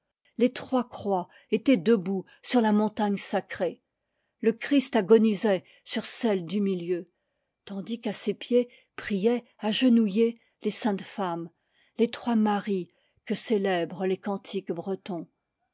les trois croix étaient debout sur la montagne sacrée le christ agonisait sur celle du milieu tandis qu'à ses pieds priaient agenouillées les saintes femmes les trois maries que célèbrent les cantiques bretons